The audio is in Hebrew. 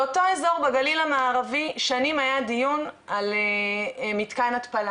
באותו אזור בגליל המערבי שנים היה דיון על מתקן התפלה